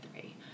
three